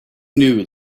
knew